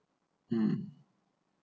um